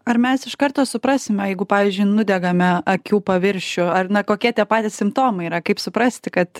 ar mes iš karto suprasime jeigu pavyzdžiui nudegame akių paviršių ar na kokie tie patys simptomai yra kaip suprasti kad